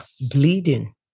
bleeding